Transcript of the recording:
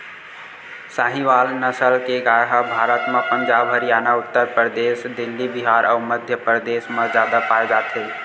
साहीवाल नसल के गाय ह भारत म पंजाब, हरयाना, उत्तर परदेस, दिल्ली, बिहार अउ मध्यपरदेस म जादा पाए जाथे